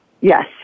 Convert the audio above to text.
Yes